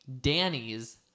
Danny's